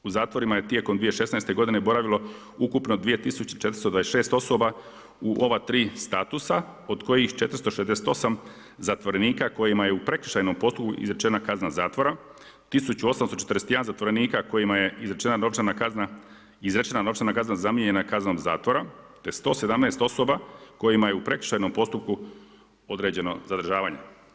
U zatvorima je tijekom 2016. godine boravilo ukupno 2426 osoba u ova tri statusa od kojih 468 zatvorenika kojima je u prekršajnom postupku izrečena kazna zatvora, 1841 zatvorenika kojima je izrečena novčana kazna, izrečena novčana kazna zamijenjena kaznom zatvora, te 117 osoba kojima je u prekršajnom postupku određeno zadržavanje.